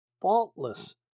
faultless